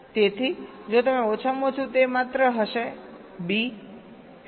તેથી જો તમે ઓછામાં ઓછું તે માત્ર હશેb ab અથવાab